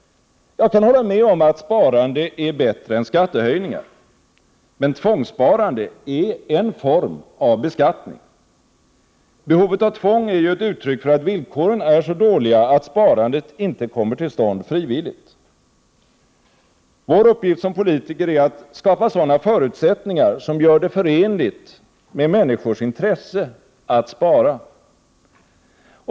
Jag kan hålla med om att sparande är bättre än skattehöjningar. Men tvångssparande är en form av beskattning. Behovet av tvång är ju ett uttryck för att villkoren är så dåliga att sparandet inte kommer till stånd frivilligt. Vår uppgift som politiker är att skapa sådana förutsättningar som gör det förenligt med människors intresse att spara.